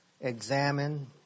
examine